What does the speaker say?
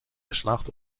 geslaagd